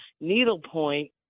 needlepoint